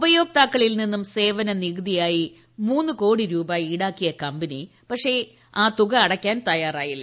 ഉപ്പിയോക്താക്കളിൽ നിന്നും സേവന നികുതിയായി മൂന്നു കോട്ടി രൂപ ്ഈടാക്കിയ കമ്പനി പക്ഷേ ആ തുക അടയ്ക്കാൻ തയ്യാറായില്ല